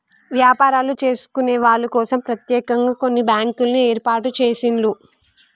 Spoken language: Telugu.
వ్యాపారాలు చేసుకునే వాళ్ళ కోసం ప్రత్యేకంగా కొన్ని బ్యాంకుల్ని ఏర్పాటు చేసిండ్రు